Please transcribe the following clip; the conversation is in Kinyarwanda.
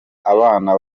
abana